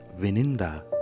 Vininda